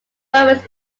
romans